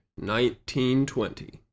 1920